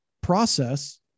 process